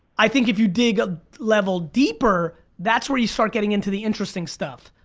i think if you dig a level deeper, that's where you start getting into the interesting stuff.